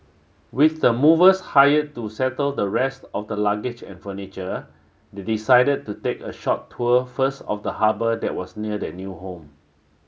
with the movers hired to settle the rest of the luggage and furniture they decided to take a short tour first of the harbour that was near their new home